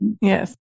Yes